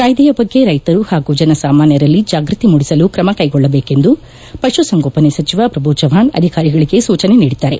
ಕಾಯ್ದೆಯ ಬಗ್ಗೆ ರೈತರು ಹಾಗೂ ಜನಸಾಮಾನ್ಕರಲ್ಲಿ ಜಾಗೃತಿ ಮೂಡಿಸಲು ಕ್ರಮ ಕೈಗೊಳ್ಳಬೇಕೆಂದು ಪಶುಸಂಗೋಪನೆ ಸಚಿವ ಪ್ರಭು ಚವ್ವಾಣ್ ಅಧಿಕಾರಿಗಳಿಗೆ ಸೂಚನೆ ನೀಡಿದ್ದಾರೆ